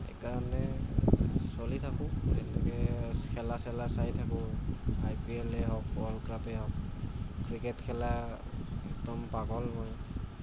সেইকাৰণে চলি থাকোঁ এনেকৈ খেলা চেলা চাই থাকোঁ আই পি এলে হওক ওৱৰ্ল্ডকাপেই হওক ক্ৰিকেট খেলা একদম পাগল মই